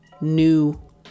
new